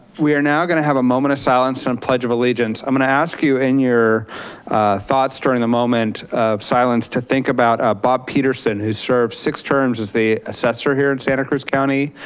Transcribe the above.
we are now gonna have a moment of silence and pledge of allegiance. i'm gonna ask you in thoughts during the moment of silence to think about ah bob peterson who served six terms as the assessor here in santa cruz county,